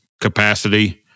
capacity